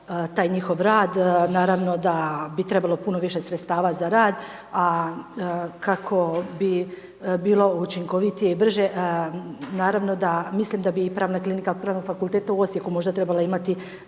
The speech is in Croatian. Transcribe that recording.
taj njihov rad, naravno da bi trebalo puno više sredstava za rad. A kako bi bilo učinkovitije i brže naravno da mislim da bi i pravna klinika Pravnog fakulteta u Osijeku možda trebala imati